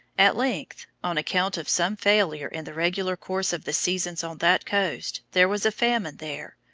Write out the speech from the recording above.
at length, on account of some failure in the regular course of the seasons on that coast, there was a famine there,